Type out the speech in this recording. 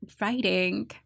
writing